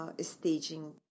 Staging